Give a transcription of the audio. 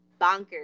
bonkers